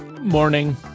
Morning